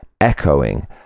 echoing